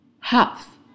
half